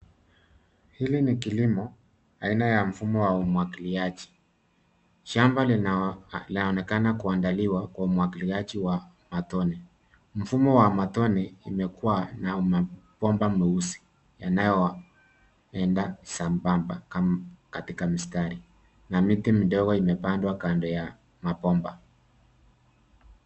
Hili ni kilimo aina ya mfumo wa umwagiliaji. Shamba laonekana kuandaliwa kwa umwagiliaji wa matone. Mfumo wa matone imekuwa na mabomba meusi yanayoenda sambamba katika misatri na miti midogo imepandwa kando ya mabomba